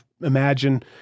imagine